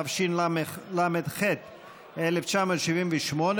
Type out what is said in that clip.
התשל"ח 1978,